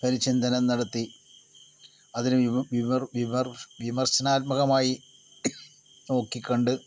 ഒരു ചിന്തനം നടത്തി അതിനെ വിമർ വിമർ വിമർഷ വിമർഷനാത്മകമായി നോക്കിക്കണ്ട്